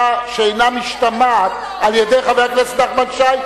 שאינה משתמעת על-ידי חבר הכנסת נחמן שי,